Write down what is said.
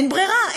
אין ברירה,